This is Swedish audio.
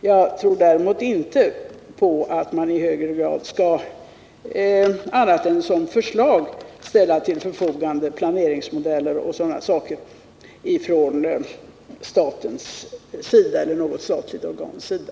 Jag tror däremot inte på att man i högre grad — annat än som förslag — skall ställa till förfogande planeringsmodeller och liknande ifrån statens eller något statligt organs sida.